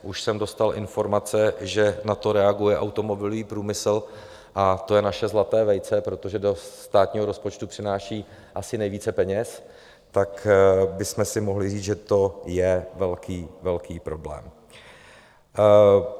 Už jsem dostal informace, že na to reaguje automobilový průmysl, a to je naše zlaté vejce, protože do státního rozpočtu přináší asi nejvíce peněz, tak bychom si mohli říct, že to je velký, velký problém.